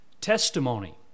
testimony